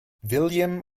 william